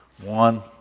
one